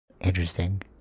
interesting